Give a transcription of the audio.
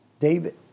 David